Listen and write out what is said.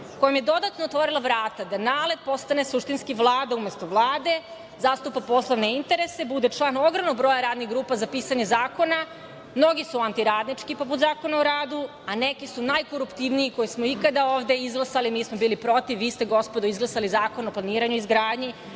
kojem je dodatno otvorila vrata na NALED postane suštinski Vlada umesto Vlade, zastupa poslovne interese, bude član ogromnog broja radnih grupa za pisanje zakona. Mnogi su antiradnički, poput Zakona o radu, a neki su najkoruptivniji koje smo ikada ovde izglasali. Mi smo bili protiv, a vi ste, gospodo, izglasali Zakon o planiranju i izgradnji,